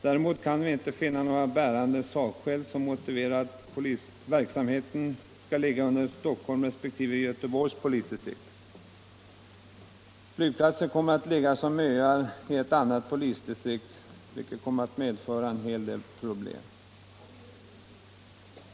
Däremot kan vi inte finna några bärande sakskäl som motiverar att verksamheten skall ligga under Stockholms resp. Göteborgs polisdistrikt. Flygplatserna kommer då att ligga som öar i ett annat polisdistrikt, vilket medför en hel del problem.